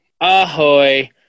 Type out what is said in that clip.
Ahoy